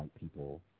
people